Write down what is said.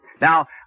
Now